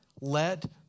Let